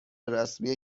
رسمی